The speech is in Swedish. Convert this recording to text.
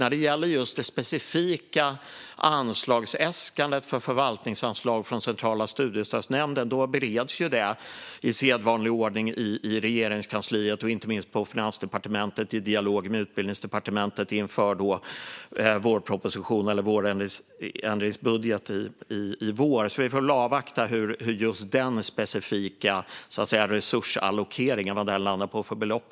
När det gäller just det specifika anslagsäskandet från Centrala studiestödsnämnden för förvaltningsanslag bereds det i sedvanlig ordning i Regeringskansliet och inte minst på Finansdepartementet i dialog med Utbildningsdepartementet inför vårproposition eller vårändringsbudget. Vi får väl avvakta vad just den specifika resursallokeringen landar på för belopp.